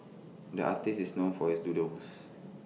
the artist is known for his doodles